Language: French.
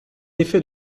effet